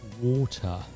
water